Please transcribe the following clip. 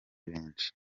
benshi